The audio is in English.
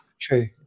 True